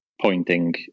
pointing